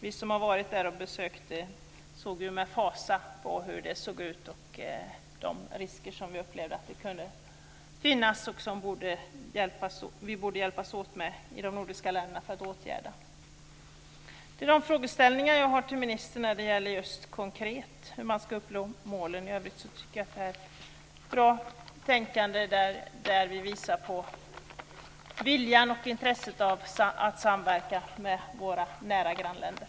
Vi som besökte området såg med fasa hur det såg ut, och vi upplevde att det kunde finnas risker som vi i de nordiska länderna borde hjälpas åt att åtgärda. Det är de frågeställningar jag har till ministern när det gäller hur man konkret ska uppnå målen. I övrigt tycker jag att det här är ett bra tänkande, där vi visar viljan och intresset att samverka med våra nära grannländer.